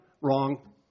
Wrong